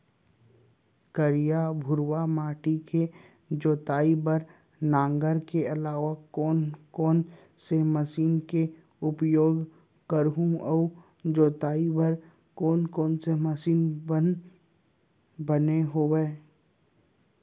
करिया, भुरवा माटी के जोताई बर नांगर के अलावा कोन कोन से मशीन के उपयोग करहुं अऊ जोताई बर कोन कोन से मशीन बने हावे?